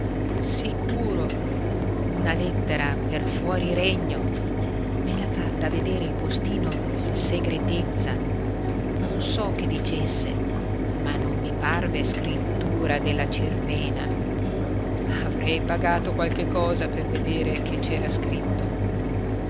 sicuro una lettera per fuori regno me l'ha fatta vedere il postino in segretezza non so che dicesse ma non mi parve scrittura della cirmena avrei pagato qualche cosa per vedere che c'era scritto